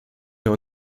mehr